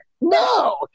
No